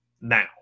Now